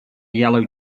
yellow